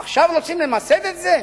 עכשיו רוצים למסד את זה?